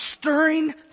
stirring